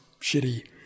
shitty